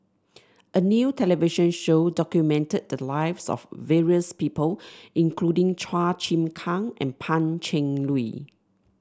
a new television show documented the lives of various people including Chua Chim Kang and Pan Cheng Lui